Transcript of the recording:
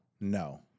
no